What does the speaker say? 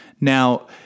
Now